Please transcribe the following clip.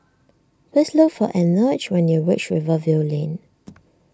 please look for Enoch when you reach Rivervale Lane